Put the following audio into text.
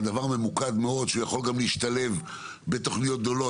דבר שיכול להשתלב גם בתוכניות גדולות יותר.